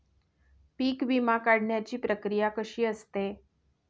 पीक विमा काढण्याची प्रक्रिया कशी असते?